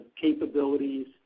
capabilities